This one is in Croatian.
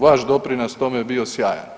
Vaš doprinos tome je bio sjajan.